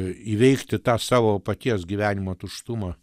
įveikti tą savo paties gyvenimo tuštumą